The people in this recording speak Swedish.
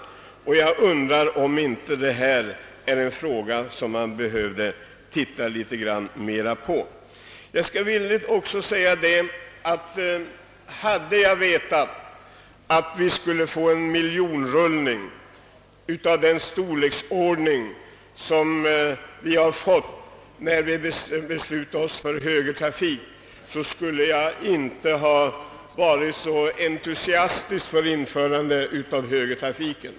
Jag undrar om inte detta är en fråga som vi behövde titta litet mera på. Jag skall också villigt säga att om jag hade vetat att vi skulle få en miljonrullning av den storleksordning som vi har fått när vi beslutat oss för högertrafik, skulle jag inte ha varit så positiv för att införa högertrafiken.